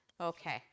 okay